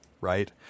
right